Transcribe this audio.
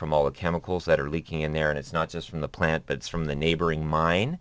from all the camels that are leaking in there and it's not just from the plant but it's from the neighboring mine